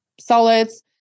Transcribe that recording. solids